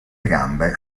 gambe